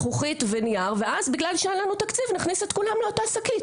זכוכית ונייר ואז בגלל שאין לנו תקציב נשים את כולם לאותה שקית,